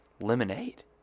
lemonade